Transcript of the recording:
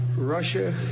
Russia